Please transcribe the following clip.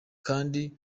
abandi